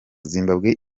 zimbabwe